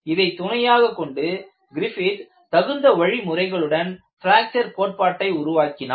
இதை துணையாகக் கொண்டு கிரிஃபித் தகுந்த வழிமுறைகளுடன் பிராக்சர் கோட்பாட்டை உருவாக்கினார்